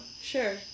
Sure